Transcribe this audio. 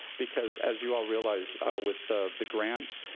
because as you all realize with the the grants,